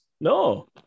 No